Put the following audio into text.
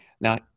now